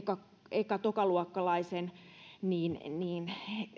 eka tokaluokkalaisen